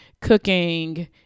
cooking